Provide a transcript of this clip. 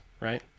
Right